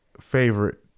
favorite